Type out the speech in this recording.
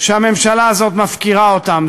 שהממשלה הזאת מפקירה אותם,